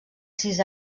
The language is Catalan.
sis